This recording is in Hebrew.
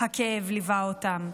הכאב ליווה אותם.